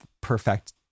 perfect